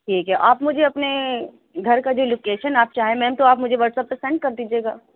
ٹھیک ہے آپ مجھے اپنے گھر کا جو لوکیشن آپ چاہیں میم تو آپ مجھے واٹس اپ پہ سینڈ کردیجیے گا